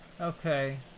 Okay